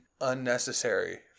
unnecessary